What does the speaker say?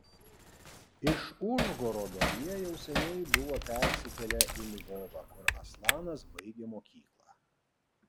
iš užgorodo jie jau seniai buvo persikėlę į lvovą kur aslanas baigė mokyklą